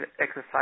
exercise